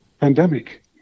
pandemic